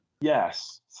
Yes